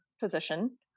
position